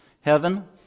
heaven